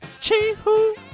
Chee-hoo